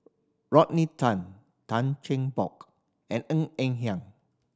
Rodney Tan Tan Cheng Bock and Ng Eng Hen